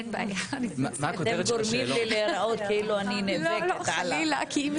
אתם גורמים לי להיראות כאילו אני נאבקת על התפקיד שלי.